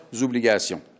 obligations